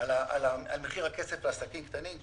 על מחיר הכסף לעסקים קטנים.